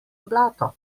blato